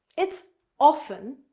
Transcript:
it's often.